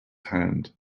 hand